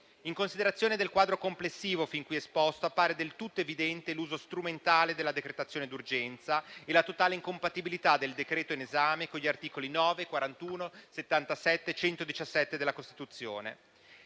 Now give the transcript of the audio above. In considerazione del quadro complessivo fin qui esposto, appare del tutto evidente l'uso strumentale della decretazione d'urgenza e la totale incompatibilità del decreto in esame con gli articoli 9, 41, 77 e 117 della Costituzione.